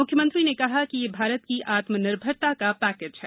म्ख्यमंत्री ने कहा कि यह भारत की आत्मनिर्भरता का पैकेज है